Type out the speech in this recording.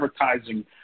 advertising